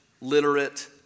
literate